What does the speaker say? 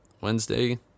Wednesday